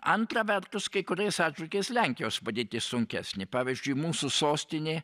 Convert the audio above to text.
antra vertus kai kuriais atžvilgiais lenkijos padėtis sunkesnė pavyzdžiui mūsų sostinė